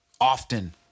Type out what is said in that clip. Often